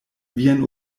vian